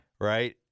Right